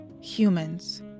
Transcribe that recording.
Humans